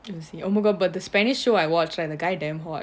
you will see oh but but but the spanish show I watch right the guy damn hot